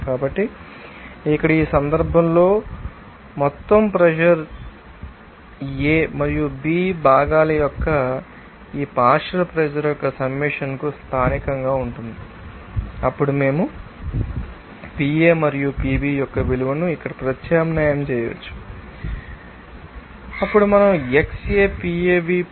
కాబట్టి ఇక్కడ ఈ సందర్భంలో మా మొత్తం ప్రెషర్ A మరియు B భాగాల యొక్క ఈ పార్షియల్ ప్రెషర్ యొక్క సమ్మషన్కు స్థానికంగా ఉంటుంది అప్పుడు మేము PA మరియు PB యొక్క విలువను ఇక్కడ ప్రత్యామ్నాయం చేయవచ్చు అప్పుడు మనం ఈ XAPAv PAv